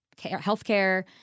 healthcare